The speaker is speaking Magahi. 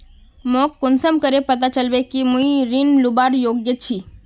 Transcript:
मोक कुंसम करे पता चलबे कि मुई ऋण लुबार योग्य छी?